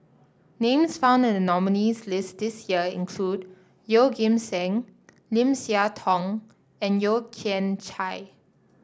names found in the nominees' list this year include Yeoh Ghim Seng Lim Siah Tong and Yeo Kian Chai